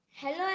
Hello